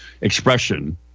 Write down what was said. expression